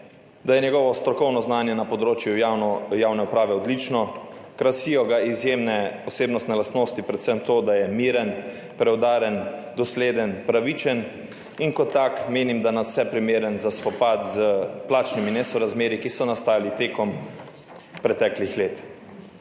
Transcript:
da je njegovo strokovno znanje na področju javne uprave odlično. Krasijo ga izjemne osebnostne lastnosti, predvsem to, da je miren, preudaren, dosleden, pravičen in kot tak menim, da nadvse primeren za spopad s plačnimi nesorazmerji, ki so nastali tekom preteklih let.